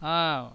ஆ